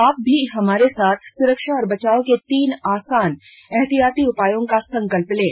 आप भी हमारे साथ सुरक्षा और बचाव के तीन आसान एहतियाती उपायों का संकल्प लें